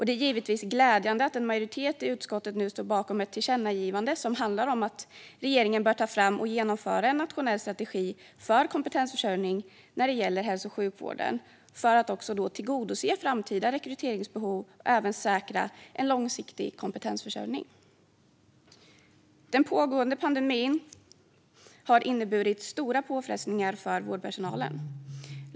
Det är givetvis glädjande att en majoritet i utskottet nu står bakom ett tillkännagivande som handlar om att regeringen bör ta fram och genomföra en nationell strategi för kompetensförsörjning när det gäller hälso och sjukvården för att också tillgodose framtida rekryteringsbehov och även säkra en långsiktig kompetensförsörjning. Den pågående pandemin har inneburit stora påfrestningar för vårdpersonalen.